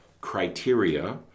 criteria